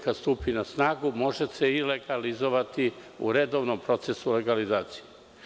Kada stupi na snagu može se i legalizovati u redovnom procesu legalizacije.